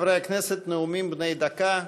חברי הכנסת, נאומים בני דקה.